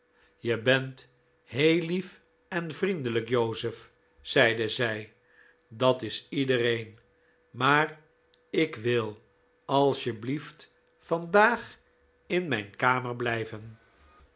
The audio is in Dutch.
je bent heel lief en vriendelijk joseph zeide zij dat is iedereen maar ik wil alsjeblieft vandaag in mijn kamer blijven